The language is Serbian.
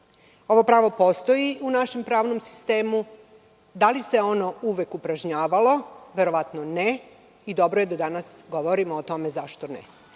Ovo pravo postoji u našem pravnom sistemu. Da li se ono uvek upražnjavalo? Verovatno ne i dobro je da danas govorimo o tome zašto ne. To